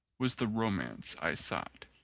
was the romance i sought.